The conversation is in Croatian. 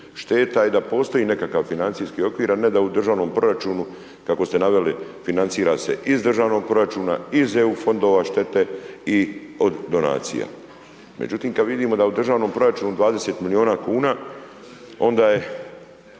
šteta i da postoji nekakav financijski okvir, a ne da u državnom proračunu kako ste naveli financira se iz državnog proračuna, iz EU fondova štete i od donacija. Međutim, kad vidimo da u državnom proračunu 20 milijuna kuna, onda je